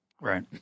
Right